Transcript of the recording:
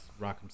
Rock'em